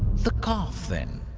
the calf then.